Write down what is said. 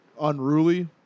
unruly